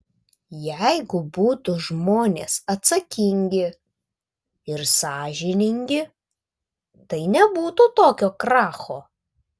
jeigu būtų žmonės atsakingi ir sąžiningi tai nebūtų tokio kracho